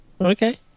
okay